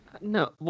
No